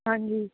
ਹਾਂਜੀ